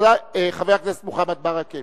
חבר הכנסת מוחמד ברכה.